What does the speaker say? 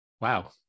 Wow